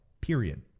Period